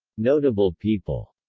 notable people